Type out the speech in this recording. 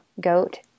goat